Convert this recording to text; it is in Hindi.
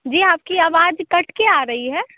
जी आपकी आवाज़ कट कर आ रही है